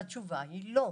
והתשובה היא לא,